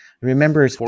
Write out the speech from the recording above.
Remember